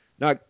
Now